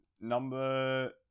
number